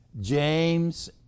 James